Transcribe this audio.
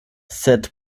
sed